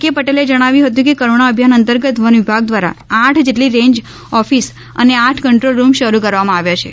કે પટેલે જણાવ્યું હતુ કે કરુણા અભિયાન અંતર્ગત વનવિભાગ દ્વારા આઠ જેટલી રેન્જ ઓફિસ અને આઠ કંન્દ્રોલ રૂમ શરૂ કરવામાં આવ્યા છે